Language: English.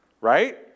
Right